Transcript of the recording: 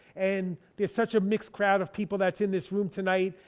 and there's such a mixed crowd of people that's in this room tonight.